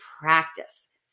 practice